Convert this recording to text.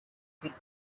could